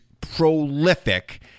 prolific